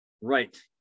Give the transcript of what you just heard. Right